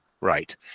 right